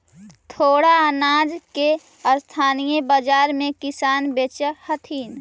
थोडा अनाज के स्थानीय बाजार में किसान बेचऽ हथिन